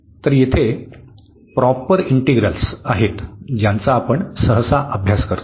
तर येथे proper integrals आहेत ज्यांचा आपण सहसा अभ्यास करतो